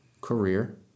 career